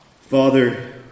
Father